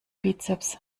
bizeps